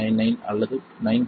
99 அல்லது 9